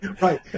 Right